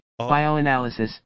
bioanalysis